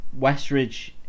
Westridge